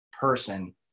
person